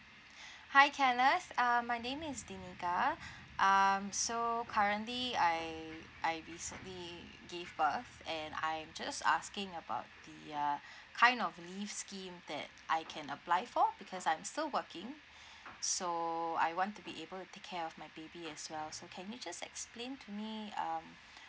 hi kenneth uh my name is dinika um so currently I I recently give birth and I'm just asking about the uh kind of leave scheme that I can apply for because I'm still working so I want to be able to take care of my baby as well so can you just explain to me um